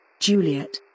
Juliet